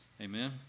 Amen